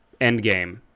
endgame